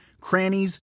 crannies